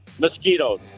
Mosquitoes